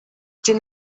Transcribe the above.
den